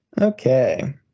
okay